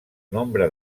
nombre